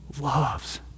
loves